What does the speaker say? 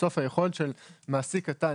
בסוף היכולת של מעסיק קטן,